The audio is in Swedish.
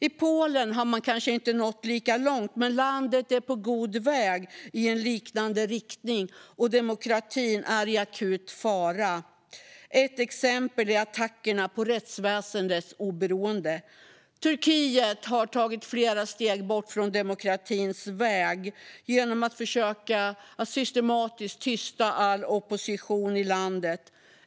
I Polen har man kanske inte nått lika långt, men landet är på god väg i en liknande riktning. Demokratin är i akut fara. Ett exempel är attackerna på rättsväsendets oberoende. Turkiet har tagit flera steg bort från demokratins väg genom att försöka att systematiskt tysta all opposition i landet.